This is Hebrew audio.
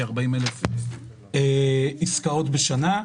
כ-40 אלף עסקאות בשנה.